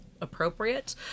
appropriate